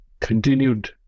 continued